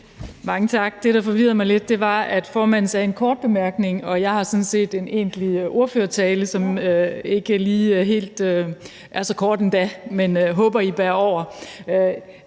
ordet. Det, der forvirrede mig lidt, var, at formanden sagde »en kort bemærkning«, og jeg har sådan set en egentlig ordførertale, som ikke er så kort endda, men jeg håber, at I bærer over